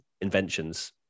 inventions